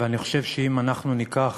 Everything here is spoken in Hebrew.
ואני חושב שאם אנחנו ניקח